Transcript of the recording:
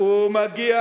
הוא מגיע